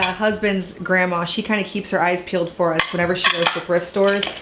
ah husband's grandma, she kind of keeps her eyes peeled for us whenever she goes to thrift stores.